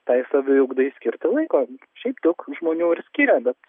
tai saviugdai skirti laiko šiaip daug žmonių ir skiria bet